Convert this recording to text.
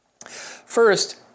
First